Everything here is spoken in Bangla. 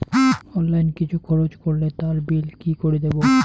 অনলাইন কিছু খরচ করলে তার বিল কি করে দেবো?